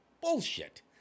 Bullshit